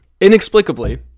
inexplicably